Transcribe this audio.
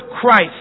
Christ